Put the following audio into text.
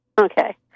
Okay